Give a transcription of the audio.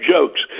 Jokes